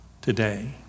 today